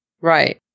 Right